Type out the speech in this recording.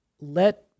let